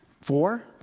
Four